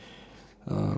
uh